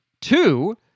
Two